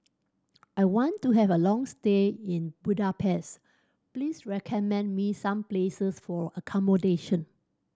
I want to have a long stay in Budapest please recommend me some places for accommodation